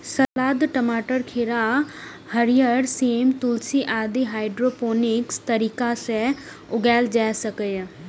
सलाद, टमाटर, खीरा, हरियर सेम, तुलसी आदि हाइड्रोपोनिक्स तरीका सं उगाएल जा सकैए